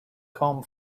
come